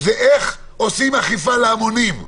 הם איך עושים אכיפה להמונים.